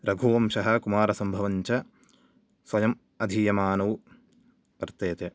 रघुवंशं कुमारसम्भवञ्च स्वयम् अधीयमानौ वर्तेते